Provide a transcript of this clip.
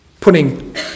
putting